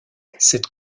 cette